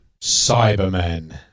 Cybermen